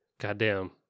Goddamn